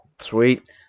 Sweet